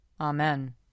Amen